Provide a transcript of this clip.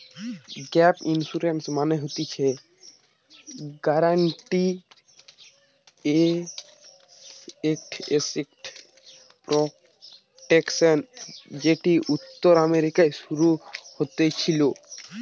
gap insurance মানে হতিছে guaranteed asset protection যেটি উত্তর আমেরিকায় শুরু হতেছিলো